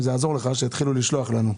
שיתחילו לשלוח לנו.